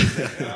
בגלל זה אמרתי.